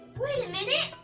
wait a minute!